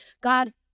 God